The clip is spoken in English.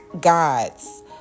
gods